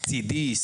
מנגנון צידי,